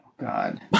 God